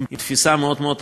עם תפיסה מאוד מאוד רחבה,